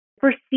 perceive